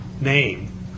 name